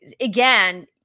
again